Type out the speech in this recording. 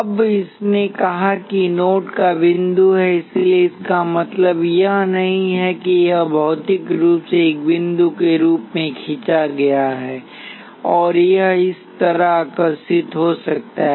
अब इसने कहा कि नोड का बिंदु है इसलिए इसका मतलब यह नहीं है कि यह भौतिक रूप से एक बिंदु के रूप में खींचा गया है और यह इस तरह आकर्षित हो सकता है